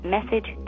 Message